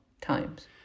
times